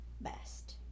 best